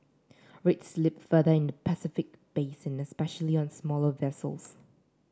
rates slipped further in the Pacific basin especially on smaller vessels